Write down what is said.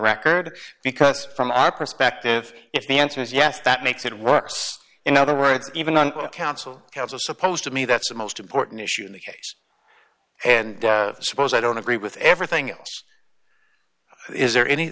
record because from our perspective if the answer is yes that makes it worse in other words even on a council council supposed to me that's the most important issue in the case and i suppose i don't agree with everything else is there any